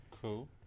cool